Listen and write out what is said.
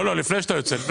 לפני שאתה יוצא.